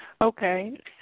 Okay